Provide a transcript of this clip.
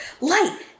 Light